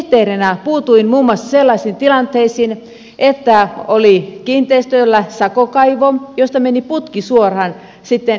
ympäristösihteerinä puutuin muun muassa sellaisiin tilanteisiin että oli kiinteistöillä sakokaivo josta meni putki suoraan sitten jokeen